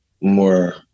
more